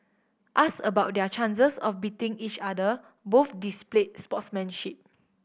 asked about their chances of beating each other both displayed sportsmanship